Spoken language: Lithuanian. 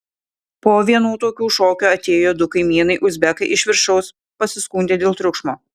po vienų tokių šokių atėjo du kaimynai uzbekai iš viršaus pasiskundė dėl triukšmo